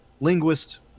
linguist